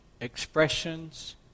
Expressions